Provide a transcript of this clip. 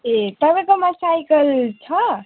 ए तपाईँकोमा साइकल छ